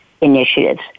initiatives